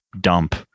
dump